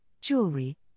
jewelry